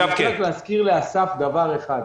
אני רוצה להזכיר לאסף וסרצוג דבר אחד: